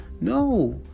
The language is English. No